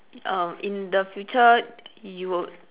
err in the future you would